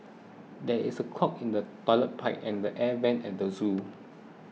there is a clog in the Toilet Pipe and the Air Vents at the zoo